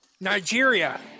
Nigeria